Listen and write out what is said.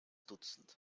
dutzend